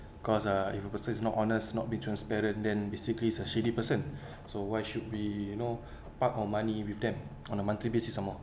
cause uh if a person is not honest not be transparent then basically he's a shitty person so why should we you know park our money with them on a monthly basis some more